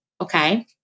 Okay